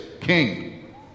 king